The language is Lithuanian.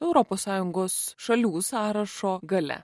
europos sąjungos šalių sąrašo gale